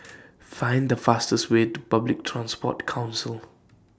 Find The fastest Way to Public Transport Council